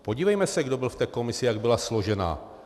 Podívejme se, kdo byl v té komisi, jak byla složena.